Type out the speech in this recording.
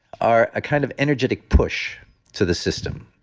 are a kind of energetic push to the system.